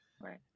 Right